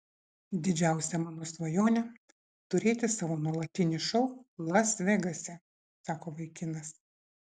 didžiausia mano svajonė turėti savo nuolatinį šou las vegase sako vaikinas